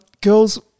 girls